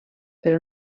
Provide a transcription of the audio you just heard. però